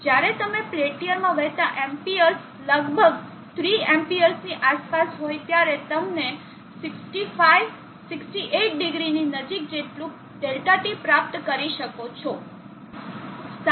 જ્યારે તમે પેલ્ટીઅરમાં વહેતા Amps લગભગ 3 Amps ની આસપાસ હોય ત્યારે તમે 65 680 ની નજીક જેટલું Δt પ્રાપ્ત કરી શકો છો